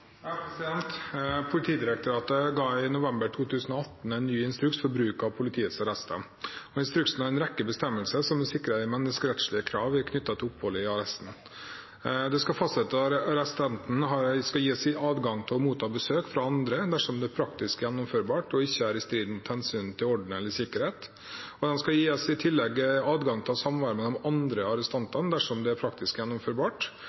Politidirektoratet ga i november 2018 en ny instruks for bruk av politiets arrester. Instruksen har en rekke bestemmelser som sikrer de menneskerettslige kravene knyttet til opphold i arresten. Arrestanten skal gis adgang til å motta besøk fra andre dersom det er praktisk gjennomførbart og det ikke er i strid med hensynet til orden og sikkerhet. Det skal i tillegg gis adgang til å ha samvær med de andre arrestantene dersom det er praktisk gjennomførbart